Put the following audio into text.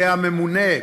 יהיה הממונה,